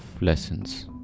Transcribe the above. lessons